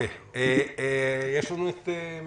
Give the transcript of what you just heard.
ד"ר